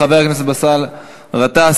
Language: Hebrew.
חבר הכנסת באסל גטאס,